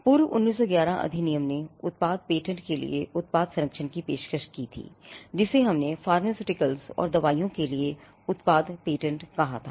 पूर्व 1911 अधिनियम ने उत्पाद पेटेंट के लिए उत्पाद संरक्षण की पेशकश की थी जिसे हमने फार्मास्यूटिकल्सऔर दवाओं के लिए उत्पाद पेटेंट कहा था